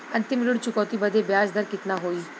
अंतिम ऋण चुकौती बदे ब्याज दर कितना होई?